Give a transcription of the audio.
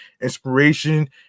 inspiration